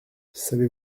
savez